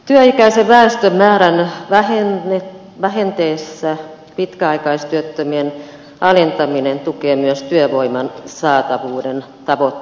työikäisen väestön määrän vähetessä pitkäaikaistyöttömyyden alentaminen tukee myös työvoiman saatavuuden tavoitteita